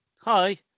hi